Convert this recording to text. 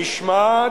משמעת,